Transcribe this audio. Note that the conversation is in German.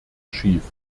schief